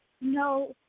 no